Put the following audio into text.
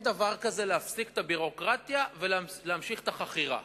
אין דבר כזה להפסיק את הביורוקרטיה ולהמשיך את החכירה.